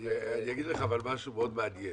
אבל אני אגיד לך משהו מאוד מעניין,